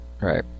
right